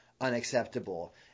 unacceptable